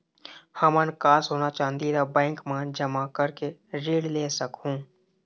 हमन का सोना चांदी ला बैंक मा जमा करके ऋण ले सकहूं?